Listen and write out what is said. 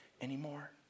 anymore